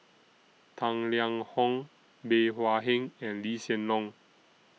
Tang Liang Hong Bey Hua Heng and Lee Hsien Loong